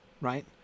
right